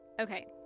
Okay